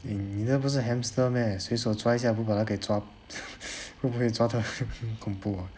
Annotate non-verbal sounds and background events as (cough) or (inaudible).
你你这不是 hamster meh 随手抓一下不可能给抓 (laughs) 不不可能抓 (laughs) 很恐怖